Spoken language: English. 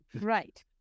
Right